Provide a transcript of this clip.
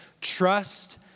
Trust